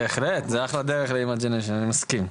בהחלט, זה אחלה דרך ל-imagination, אני מסכים.